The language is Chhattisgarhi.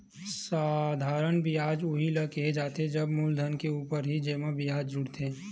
साधारन बियाज उही ल केहे जाथे जब मूलधन के ऊपर ही जेमा बियाज जुड़थे